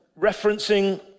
referencing